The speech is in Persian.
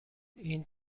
این